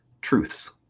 truths